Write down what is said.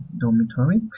dormitory